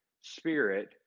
spirit